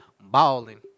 Balling